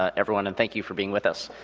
ah everyone, and thank you for being with us.